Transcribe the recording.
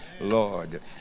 Lord